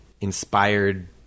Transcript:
inspired